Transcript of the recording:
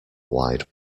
wide